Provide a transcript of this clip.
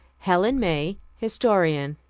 helen may, historian.